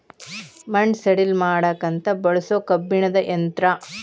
ಮಣ್ಣ ಸಡಿಲ ಮಾಡಾಕಂತ ಬಳಸು ಕಬ್ಬಣದ ಯಂತ್ರಾ